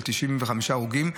95 הרוגים.